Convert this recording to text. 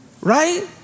Right